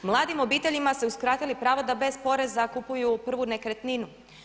Mladim obiteljima ste uskratili prava da bez poreza kupuju prvu nekretninu.